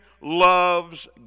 loves